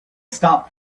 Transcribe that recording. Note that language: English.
stop